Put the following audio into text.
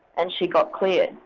and she got cleared.